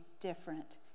different